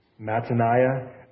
Mataniah